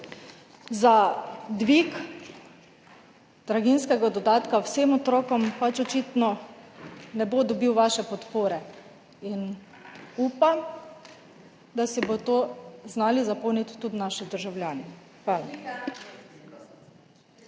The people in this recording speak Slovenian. za dvig draginjskega dodatka vsem otrokom očitno ne bo dobil vaše podpore. Upam, da si bodo to znali zapolniti tudi naši državljani. Hvala.